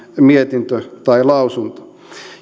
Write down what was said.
mietintö tai lausunto